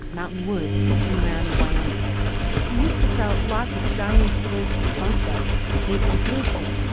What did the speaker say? mountain woods in laramie, wyoming. he used to sell lots of dining tables and bunk beds made from blue stain,